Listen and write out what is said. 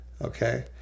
Okay